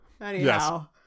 Anyhow